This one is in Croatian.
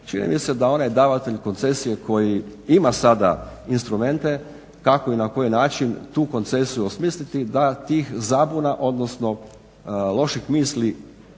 Čini mi se da onaj davatelj koncesije koji ima sada instrumente kako i na koji način tu koncesiju osmisliti da tih zabuna, odnosno loših misli